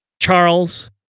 Charles